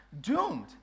doomed